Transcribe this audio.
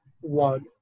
one